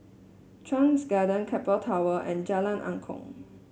Chuan Garden Keppel Towers and Jalan Angklong